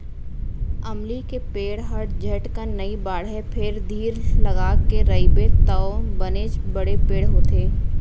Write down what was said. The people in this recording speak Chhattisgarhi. अमली के पेड़ हर झटकन नइ बाढ़य फेर धीर लगाके रइबे तौ बनेच बड़े पेड़ होथे